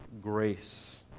grace